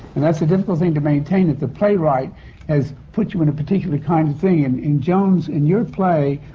and that's a difficult thing to maintain. if the playwright has put you in a particular kind of thing. in. in joan's. in your play,